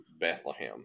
Bethlehem